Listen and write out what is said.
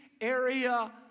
area